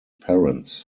parents